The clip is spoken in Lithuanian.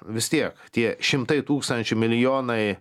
vis tiek tie šimtai tūkstančių milijonai